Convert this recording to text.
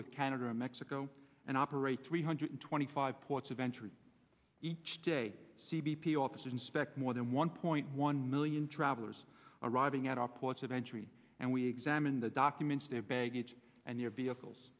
with canada and mexico and operate three hundred twenty five ports of entry each day c b p officers inspect more than one point one million travelers arriving at our ports of entry and we examine the documents their baggage and your vehicles